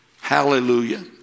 Hallelujah